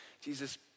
Jesus